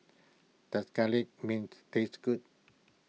does Garlic Mint taste good